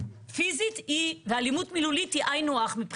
פיזית ואלימות מילולית היא היינו הך.